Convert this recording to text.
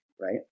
right